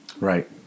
Right